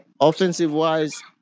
Offensive-wise